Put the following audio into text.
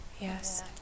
yes